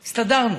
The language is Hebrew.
הסתדרנו.